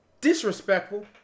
disrespectful